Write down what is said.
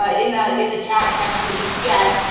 ah in ah in the chat section, just yet.